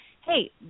hey